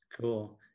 Cool